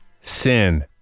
Sin